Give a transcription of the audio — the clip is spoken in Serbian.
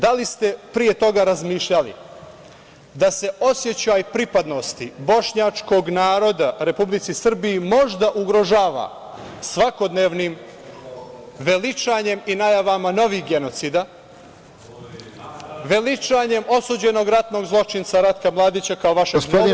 Da li ste pre toga razmišljali da se osećaj pripadnosti bošnjačkog naroda Republici Srbiji možda ugrožava svakodnevnim veličanjem i najavama novih genocida, veličanjem osuđenog ratnog zločinca Ratka Mladića kao vašeg novog simbola…